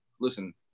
listen